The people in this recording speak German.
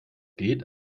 geht